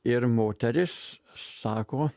ir moteris sako